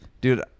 dude